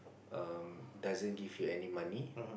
um doesn't give you any money